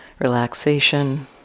relaxation